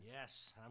Yes